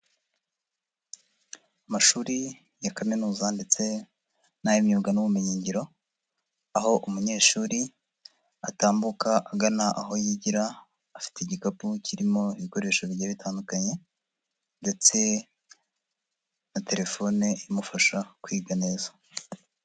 Amashuri ya kaminuza ndetse n'ay'imyuga n'ubumenyingiro aho umunyeshuri atambuka agana aho yigira, afite igikapu kirimo ibikoresho bigiye bitandukanye ndetse na telefone imufasha kwiga neza.